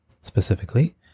Specifically